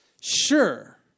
sure